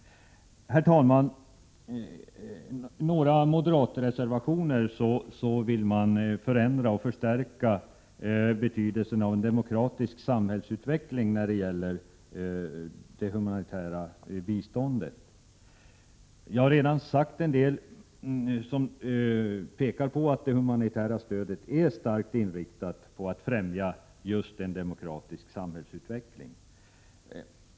Herr talman! I några moderatreservationer vill man förändra och förstärka betydelsen av en demokratisk samhällsutveckling när det gäller det humanitära biståndet. Jag har redan pekat på att det humanitära stödet är starkt inriktat på att främja just en demokratisk samhällsutveckling.